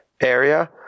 area